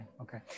okay